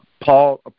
Paul